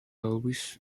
always